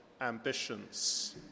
ambitions